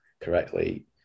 correctly